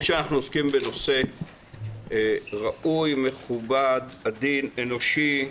שאנחנו עוסקים בנושא ראוי, מכובד, עדין, אנושי,